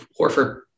horford